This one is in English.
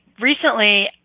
Recently